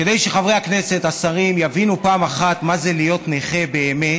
כדי שחברי הכנסת והשרים יבינו פעם אחת מה זה להיות נכה באמת,